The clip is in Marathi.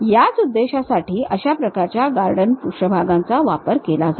याच उद्देशासाठी अशा प्रकारच्या गॉर्डन पृष्ठभागांचा वापर केला जातो